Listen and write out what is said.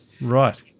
Right